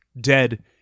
dead